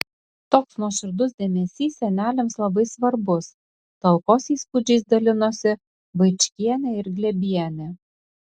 toks nuoširdus dėmesys seneliams labai svarbus talkos įspūdžiais dalinosi vaičkienė ir glėbienė